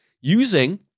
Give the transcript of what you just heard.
using